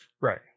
Right